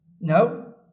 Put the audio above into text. No